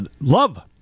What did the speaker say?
Love